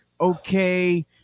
okay